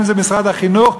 אם במשרד החינוך.